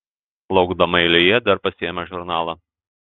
laukdama eilėje dar pasiėmė žurnalą